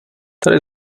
tady